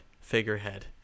figurehead